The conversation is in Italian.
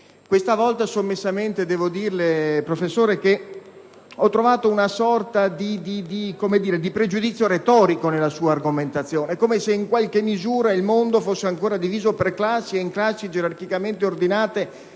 invece dirle sommessamente, professore, che ho trovato una sorta di pregiudizio retorico nella sua argomentazione, come se in qualche misura il mondo fosse ancora diviso per classi gerarchicamente ordinate